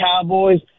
Cowboys